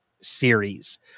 series